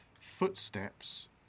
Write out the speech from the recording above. footsteps